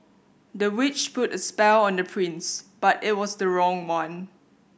the witch put a spell on the prince but it was the wrong one